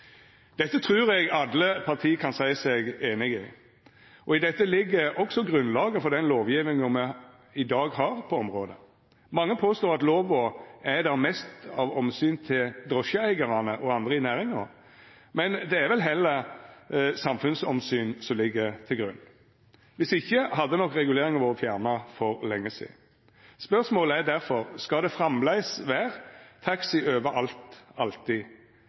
Dette trur eg alle parti kan seia seg einige i, og i dette ligg også grunnlaget for den lovgjevinga me i dag har på området. Mange påstår at lova er der mest av omsyn til drosjeeigarane og andre i næringa, men det er vel heller samfunnsomsyn som ligg til grunn – viss ikkje hadde nok reguleringa vore fjerna for lenge sidan. Spørsmålet er difor: Skal det framleis vera taxi overalt alltid,